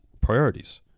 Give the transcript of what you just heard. priorities